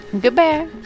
Goodbye